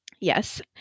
Yes